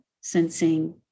sensing